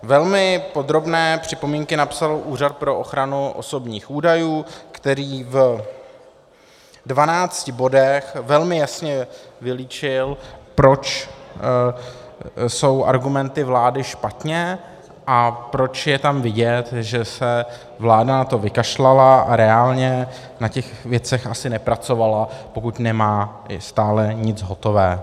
Velmi podrobné připomínky napsal Úřad pro ochranu osobních údajů, který v dvanácti bodech velmi jasně vylíčil, proč jsou argumenty vlády špatně a proč je tam vidět, že se vláda na to vykašlala a reálně na těch věcech asi nepracovala, pokud nemá stále nic hotové.